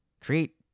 create